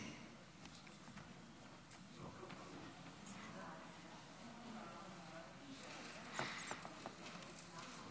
תודה רבה, אדוני היושב-ראש, חבריי